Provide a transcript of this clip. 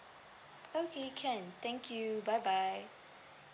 okay can thank you bye bye